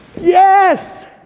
Yes